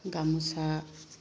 গামোচা